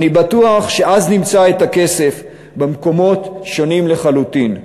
אני בטוח שאז נמצא את הכסף במקומות שונים לחלוטין.